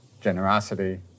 generosity